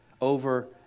over